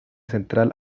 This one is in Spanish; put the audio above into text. central